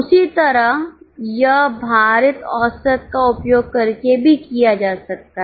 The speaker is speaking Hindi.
उसी तरह यह भारित औसत का उपयोग करके भी किया जा सकता है